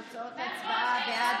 תוצאות ההצבעה: בעד,